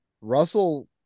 Russell